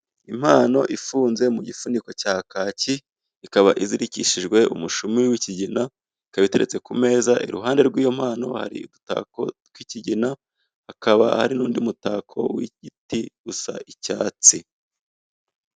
Impano ifunze mu gifuniko cya kacyi, ikaba izirikishijwe umushumi w'ikigina, ikaba iteretse ku meza, iruhande rw'iyo mpano hari udutako tw'ikigina, hakaba hari n'undi mutako w'igiti usa icyatsi.